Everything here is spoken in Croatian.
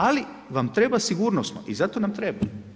Ali vam treba sigurnosno i zato nam treba.